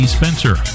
Spencer